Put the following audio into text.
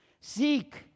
Seek